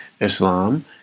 Islam